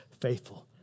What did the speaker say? faithful